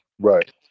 Right